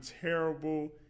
terrible